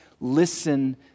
Listen